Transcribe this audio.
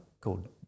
called